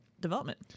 development